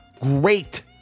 great